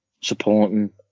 supporting